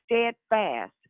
steadfast